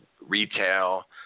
retail